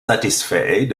satisfait